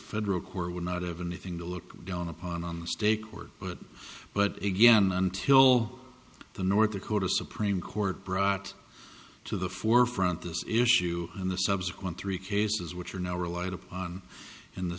federal court would not have anything to look down upon on the state court but but again until the north dakota supreme court brought to the forefront this issue and the subsequent three cases which are now relied upon in th